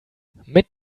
mit